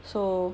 so